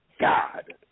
God